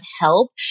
help